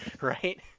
Right